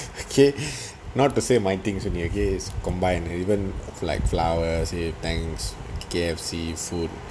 okay not to pay my things okay is combine we even like flowers eh tangs K_F_C food